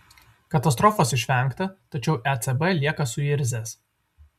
katastrofos išvengta tačiau ecb lieka suirzęs